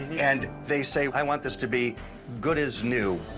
and they say, i want this to be good as new.